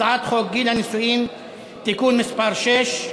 הצעת חוק גיל הנישואין (תיקון מס' 6),